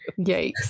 Yikes